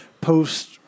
post